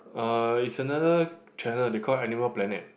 uh is another channel they call it animal planet